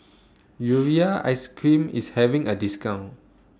Urea Ice Cream IS having A discount